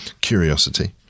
Curiosity